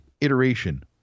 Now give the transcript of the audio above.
iteration